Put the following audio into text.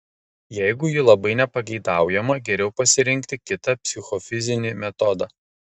jeigu ji labai nepageidaujama geriau pasirinkti kitą psichofizinį metodą